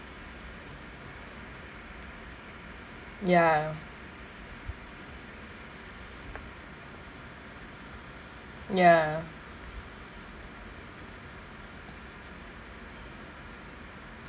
ya ya